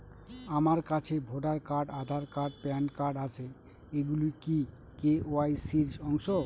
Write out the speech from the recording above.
আমার কাছে voter card Aadhaar card PAN card আছে এগুলো কি কে.ওয়াই.সি র অংশ?